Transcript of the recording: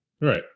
right